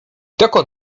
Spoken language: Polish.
dokąd